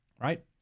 right